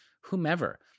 whomever